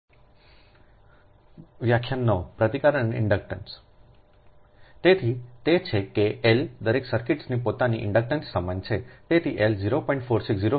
તેથી તે છે કે એલ દરેક સર્કિટ્સનો પોતાને ઇન્ડક્ટન્સ સમાન છે તેથી L 0